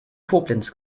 koblenz